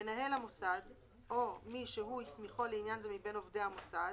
מנהל המוסד או מי שהוא הסמיכו לעניין זה מבין עובדי המוסד